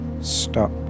stop